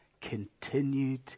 continued